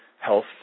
health